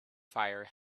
fire